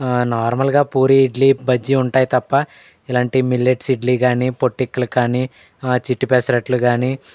నార్మల్గా పూరి ఇడ్లీ బజ్జి ఉంటాయి తప్ప ఇలాంటి మిల్లెట్స్ ఇడ్లీ కానీ పొట్టిక్కలు కానీ చిట్టి పెసరట్లు కానీ